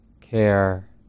care